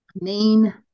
main